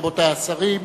רבותי השרים.